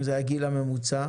אם זה הגיל הממוצע,